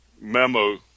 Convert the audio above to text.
memo